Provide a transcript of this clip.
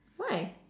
why